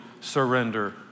surrender